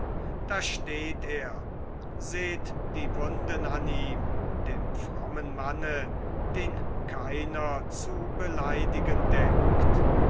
da steht er seht die wunden an ihm dem frommen manne den keiner zu beleidigen denkt